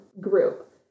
group